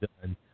done